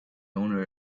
owner